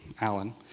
Alan